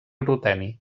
ruteni